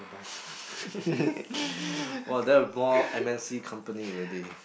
!wah! that more m_n_c company already